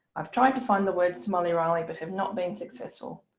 i've tried to find the words to molly riley but have not been successful.